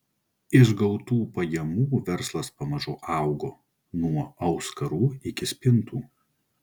iš gautų pajamų verslas pamažu augo nuo auskarų iki spintų